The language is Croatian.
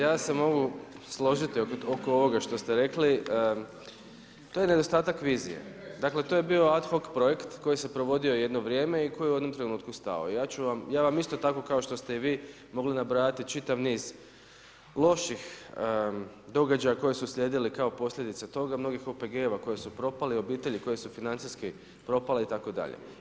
Dakle, ja se mogu složiti oko ovoga što ste rekli, to je nedostatak vizije, dakle to je bio ad hoc projekt koji se provodio jedno vrijeme i koji je u jednom trenutku stao, ja vam isto tako kao što ste i vi mogli nabrajati čitav niz loših događaja koji su uslijedili kao posljedica toga, mnogih OPG-a koji su propali, obitelji koje su financijski propale itd.